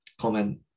comment